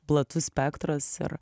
platus spektras ir